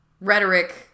rhetoric